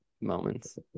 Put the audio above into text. moments